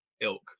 ilk